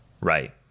Right